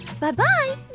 Bye-bye